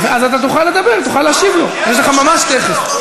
אבל הוא העליב אותו.